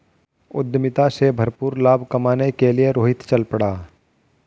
उद्यमिता से भरपूर लाभ कमाने के लिए रोहित चल पड़ा